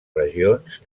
regions